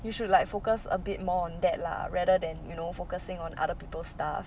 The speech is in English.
you should like focus a bit more on that lah rather than you know focusing on other people's stuff